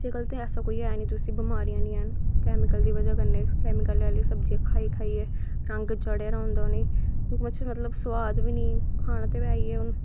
अजकल कोई ऐसी है नी जिसी बमारियां है नी कैमिकल दी बज़ह कन्नै कैमिकल आह्ला सब्जियां खाई खाई रंग चाढ़े दा होंदा उनें कुछ मतलव सोआद बी नी